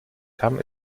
kam